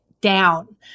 down